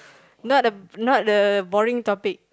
not the not the boring topic